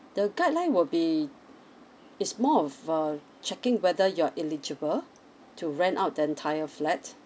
the guideline will be is more of uh checking whether you're eligible to rent out the entire flat